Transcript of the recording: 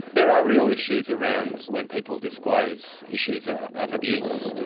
there are real issues around when people disclose issues ah of abuse,